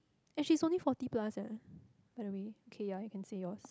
and she's only forty plus eh by the way K ya you can say yours